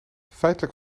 feitelijk